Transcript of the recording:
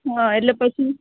હા એટલે પછી